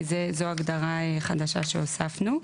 כי זו הגדרה חדשה שהוספנו.